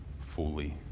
fully